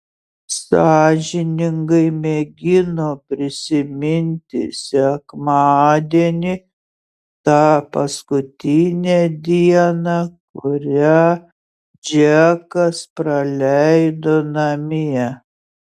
sąžiningai mėgino prisiminti sekmadienį tą paskutinę dieną kurią džekas praleido namie